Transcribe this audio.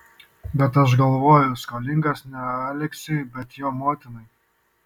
bet aš galvoju skolingas ne aleksiui bet jo motinai